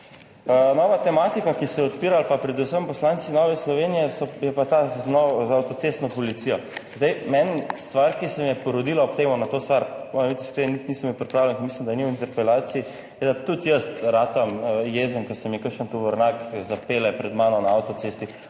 Nova tematika, ki ste jo odpira, pa predvsem poslanci Nove Slovenije, je pa ta znova z avtocestno policijo. Zdaj, meni stvar, ki se mi je porodila ob tem, na to stvar, iskreno niti nisem bil pripravljen in mislim, da ni v interpelaciji je, da tudi jaz ratam jezen, ko se mi kakšen tovornjak zapelje pred mano na avtocesti,